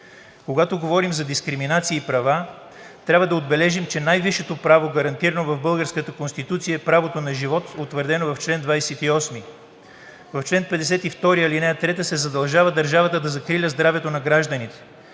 Когато говорим за дискриминация и права, трябва да отбележим, че най-висшето право, гарантирано в българската Конституция, е правото на живот, утвърдено в чл. 28. В чл. 52, ал. 3 се задължава държавата да закриля здравето на гражданите.